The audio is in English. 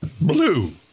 blue